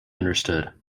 understood